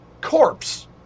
corpse